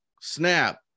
snap